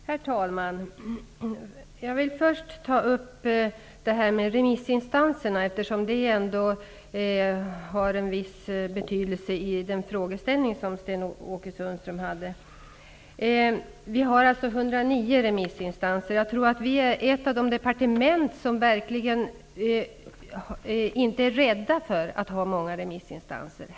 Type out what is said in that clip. Herr talman! Jag vill först beröra detta med remissinstanserna, eftersom det har en viss betydelse i samband med den frågeställning som Vi har 109 remissinstanser. Jag tror att vårt departement är ett av dem som verkligen inte är rädda för att ha många remissinstanser.